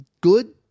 good